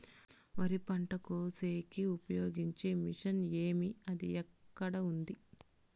వరి పంట కోసేకి ఉపయోగించే మిషన్ ఏమి అది ఎక్కడ ఉంది?